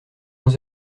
onze